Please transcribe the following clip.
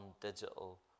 digital